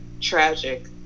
tragic